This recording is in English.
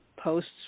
Posts